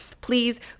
Please